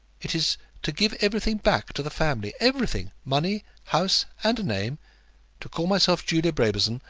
it is to give everything back to the family. everything! money, house, and name to call myself julia brabazon,